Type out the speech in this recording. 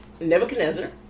Nebuchadnezzar